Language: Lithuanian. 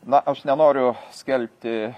na aš nenoriu skelbti